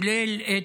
כולל את,